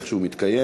כפי שהוא מתקיים.